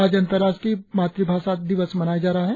आज अंतर्राष्ट्रीय मातृभाषा दिवस मनाया जा रहा है